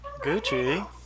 Gucci